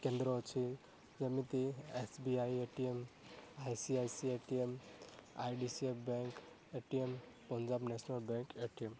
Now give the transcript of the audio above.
କେନ୍ଦ୍ର ଅଛି ଯେମିତି S B I A T M I C I C A T M I D C A bank A T M Punjab National Bank A T M